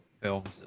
films